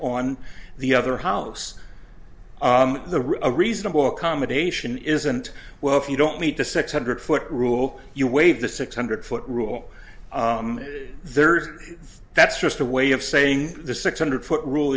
on the other hollows the reasonable accommodation isn't well if you don't meet the six hundred foot rule you waive the six hundred foot rule there that's just a way of saying the six hundred foot rule